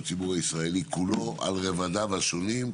בציבור הישראלי כולו על רבדיו השונים,